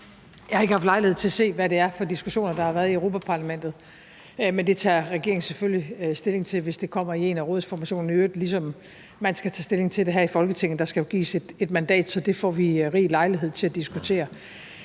Jeg har ikke haft lejlighed til at se, hvad det er for diskussioner, der har været i Europa-Parlamentet, men det tager regeringen selvfølgelig stilling til, hvis det kommer i en af rådsformationerne, i øvrigt ligesom man skal tage stilling til det her i Folketinget. Der skal jo gives et mandat, så det får vi rig lejlighed til at diskutere.